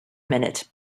minute